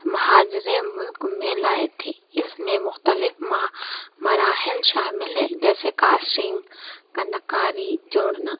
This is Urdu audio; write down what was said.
مہاجر ملک میں لائے تھے اس نے مختلف مراحل شامل ہیں جیسے کاسرنگ کندہ کاری جوڑنا